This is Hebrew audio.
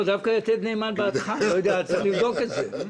דווקא יתד נאמן בעדך, לא יודע, צריך לבדוק את זה.